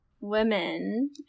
Women